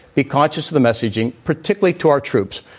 be conscious of the messaging, particularly to our troops,